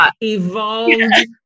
evolved